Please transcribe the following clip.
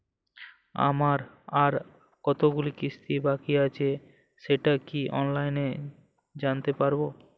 আমার আর কতগুলি কিস্তি বাকী আছে সেটা কি অনলাইনে জানতে পারব?